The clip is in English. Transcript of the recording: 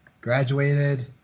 Graduated